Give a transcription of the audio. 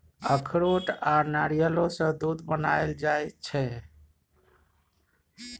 अखरोट आ नारियलो सँ दूध बनाएल जाइ छै